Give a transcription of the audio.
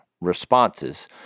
responses